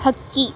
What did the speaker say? ಹಕ್ಕಿ